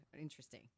interesting